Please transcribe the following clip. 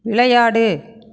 விளையாடு